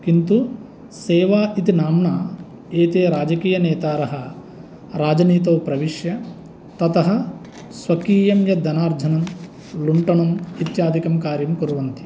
किन्तु सेवा इति नाम्ना एते राजकीयनेतारः राजनीतौ प्रविश्य ततः स्वकीयं यद् धनार्जनं लुण्टनं इत्यादिकं कार्यं कुर्वन्ति